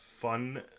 fun